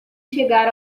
chegar